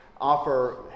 offer